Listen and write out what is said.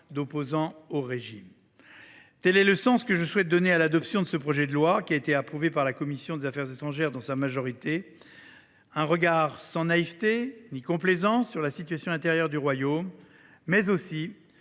d’opposants au régime. Tel est le sens que je souhaite donner à l’adoption de ce projet de loi, qui a été approuvé par la commission des affaires étrangères dans sa majorité : un regard sans naïveté ni complaisance sur la situation intérieure du royaume, mais aussi